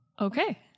okay